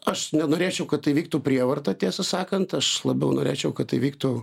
aš nenorėčiau kad tai vyktų prievarta tiesą sakant aš labiau norėčiau kad tai vyktų